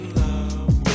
love